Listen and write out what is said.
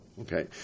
Okay